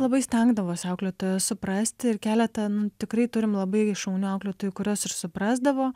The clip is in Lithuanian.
labai stengdavosi auklėtoja suprasti keletą nu tikrai turim labai šaunių auklėtojų kurios ir suprasdavo